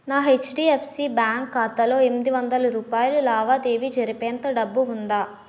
నా HDFC bank ఖాతాలో ఎనిమిది వందల రూపాయలు లావాదేవీ జరిపే అంత డబ్బు ఉందా